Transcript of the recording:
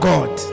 God